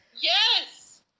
Yes